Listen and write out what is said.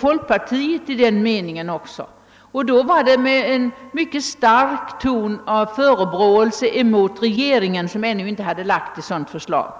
folkpartiet när det gällde att hävda den meningen också, och ni argumenterade med en stark ton av förebråelse mot regeringen som ännu inte framlagt ett förslag